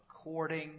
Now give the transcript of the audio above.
according